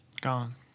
Gone